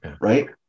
right